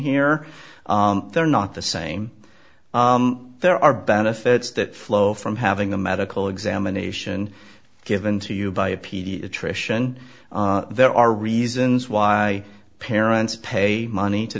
here they're not the same there are benefits that flow from having the medical examination given to you by a pediatrician there are reasons why parent pay money to